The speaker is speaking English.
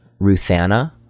Ruthanna